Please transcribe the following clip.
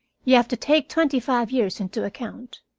you have to take twenty-five years into account.